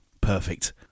perfect